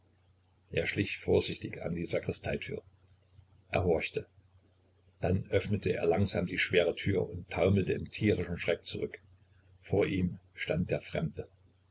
er schlich vorsichtig an die sakristeitür er horchte dann öffnete er langsam die schwere tür und taumelte im tierischen schreck zurück vor ihm stand der fremde